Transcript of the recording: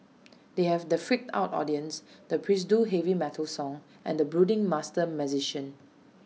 they have the freaked out audience the pseudo heavy metal song and the brooding master magician